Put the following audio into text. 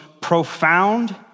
profound